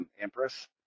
empress